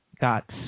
got